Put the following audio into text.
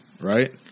right